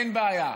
אין בעיה.